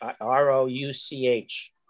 R-O-U-C-H